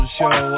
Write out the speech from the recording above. show